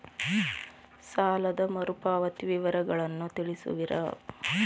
ಸಾಲದ ಮರುಪಾವತಿ ವಿವರಗಳನ್ನು ತಿಳಿಸುವಿರಾ?